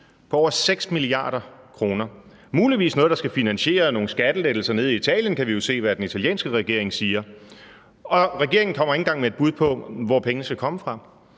på over 6 mia. kr. – muligvis noget, der skal finansiere nogle skattelettelser nede i Italien, kan vi jo se i forhold til, hvad den italienske regering siger. Og regeringen kommer ikke engang med et bud på, hvor pengene skal komme fra.